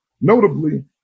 Notably